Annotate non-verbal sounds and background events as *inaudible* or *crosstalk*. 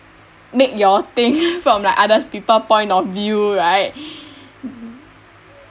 make you all think *laughs* from like other people point of view right